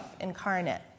incarnate